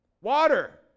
Water